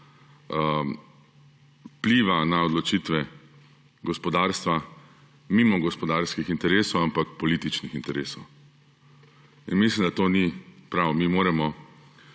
vpliva na odločitve gospodarstva mimo gospodarskih interesov, ampak političnih interesov. Mislim, da to ni prav. Mi moramo